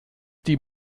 die